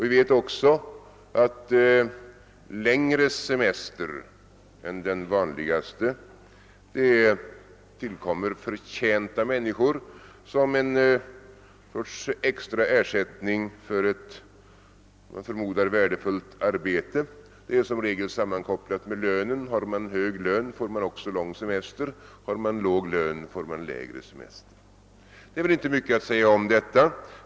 Vi vet också att längre semester än den vanligaste tillkommer förtjänta männi skor som en sorts extra ersättning för ett, jag förmodar, värdefullt arbete. Förmånen är ju i regel sammankopplad med lönen. Om man har hög lön, får man också längre semester; har man låg lön, får man kortare semester. Det är det inte mycket att säga om detta.